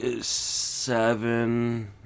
seven